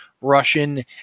Russian